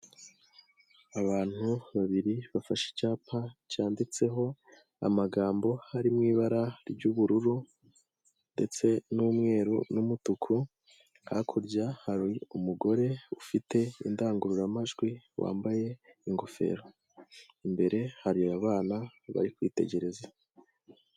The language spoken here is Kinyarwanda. Abantu babiri bafashe icyapa cyanditseho amagambo harimo ibara ry'ubururu ndetse n'umweru n'umutuku hakurya hari umugore ufite indangururamajwi wambaye ingofero, imbere hari abana bari kwitegereza.